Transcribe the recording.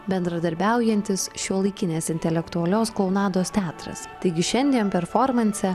bendradarbiaujantis šiuolaikinės intelektualios klounados teatras taigi šiandien performanse